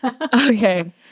Okay